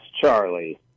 Charlie